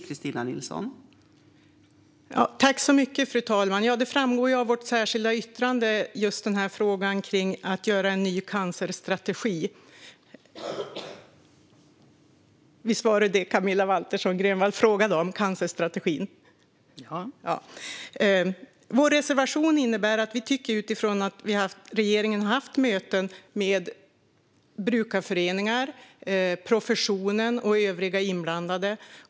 Fru talman! Av vårt särskilda yttrande framgår just vad vi anser om att göra en ny cancerstrategi, som var det Camilla Waltersson Grönvall frågade om. Vår reservation utgår från de möten regeringen har haft med brukarföreningar, profession och övriga inblandade.